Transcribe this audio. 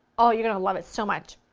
oh you're going to love it so much!